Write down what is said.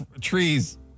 trees